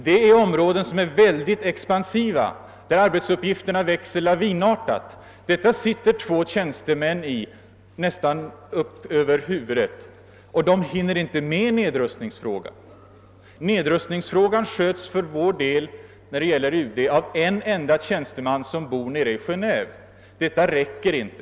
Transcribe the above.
Det är oerhört expansiva områden och arbetsuppgifterna växer lavinartat. I allt detta sitter två tjänstemän nästan upp över öronen, och de får därför alltför lite tid med nedrustningsfrågan. Nedrustningsfrågan sköts inom UD av en enda tjänsteman, som bor i Geneve. Detta räcker inte.